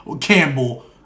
Campbell